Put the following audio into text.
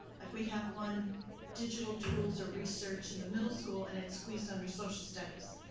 like we have one digital tools or research in the middle school, and it's squeezed under social studies.